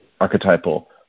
archetypal